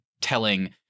telling